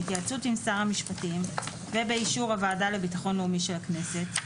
בהתייעצות עם שר המשפטים ובאישור הוועדה לביטחון לאומי של הכנסת,